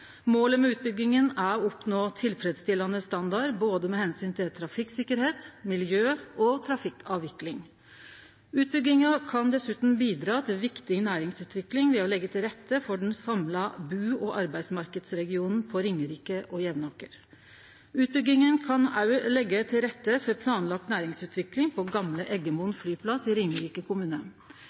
Målet med utbygginga er å oppnå tilfredsstillande standard med omsyn til både trafikksikkerheit, miljø og trafikkavvikling. Utbygginga kan dessutan bidra til viktig næringsutvikling ved å leggje til rette for den samla bu- og arbeidsmarknadsregionen på Ringerike og Jevnaker. Utbygginga kan òg leggje til rette for planlagd næringsutvikling på gamle Eggemoen flyplass i